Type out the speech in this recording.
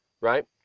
Right